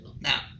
Now